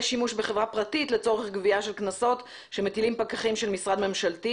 שימוש בחברה פרטית לצורך גבייה של קנסות שמטילים פקחים של משרד ממשלתי